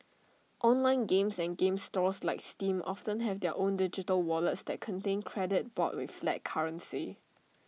online games and game stores like steam often have their own digital wallets that contain credit bought with flat currency